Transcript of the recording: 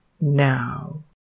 now